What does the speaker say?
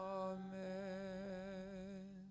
amen